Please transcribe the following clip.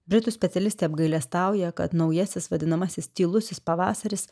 britų specialistė apgailestauja kad naujasis vadinamasis tylusis pavasaris